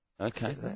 Okay